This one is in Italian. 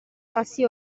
sassi